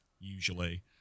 usually